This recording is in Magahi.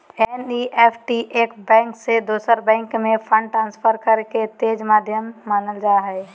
एन.ई.एफ.टी एक बैंक से दोसर बैंक में फंड ट्रांसफर करे के तेज माध्यम मानल जा हय